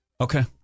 Okay